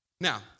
Now